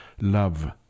love